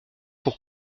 pour